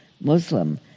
Muslim